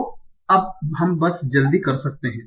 तो हम बस जल्दी कर सकते हैं